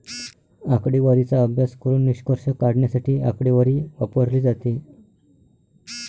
आकडेवारीचा अभ्यास करून निष्कर्ष काढण्यासाठी आकडेवारी वापरली जाते